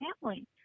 family